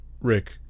Rick